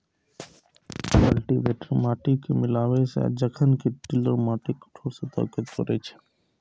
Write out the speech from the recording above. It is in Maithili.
कल्टीवेटर माटि कें मिलाबै छै, जखन कि टिलर माटिक कठोर सतह कें तोड़ै छै